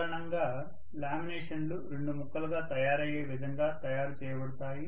సాధారణంగా లామినేషన్లు 2 ముక్కలుగా తయారయ్యే విధంగా తయారు చేయబడతాయి